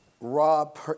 rob